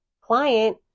client